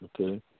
okay